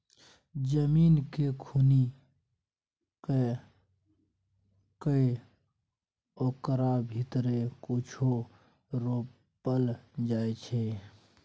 जमीन केँ खुनि कए कय ओकरा भीतरी कुछो रोपल जाइ छै